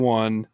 one